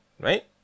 Right